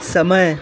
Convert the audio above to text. समय